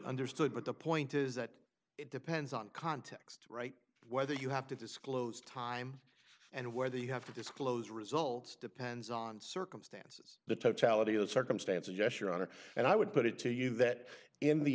understood but the point is that it depends on context right whether you have to disclose time and where they have to disclose results depends on circumstances the totality of circumstances yes your honor and i would put it to you that in the